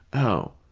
oh,